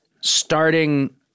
starting